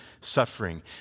suffering